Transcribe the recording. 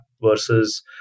versus